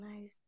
nice